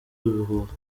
ibihuha